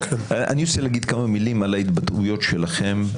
אני רוצה להגיד כמה מילים על ההתבטאויות שלהם.